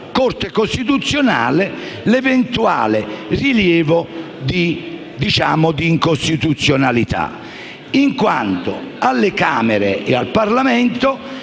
Corte costituzionale l'eventuale rilievo di incostituzionalità, in quanto alle Camere e al Parlamento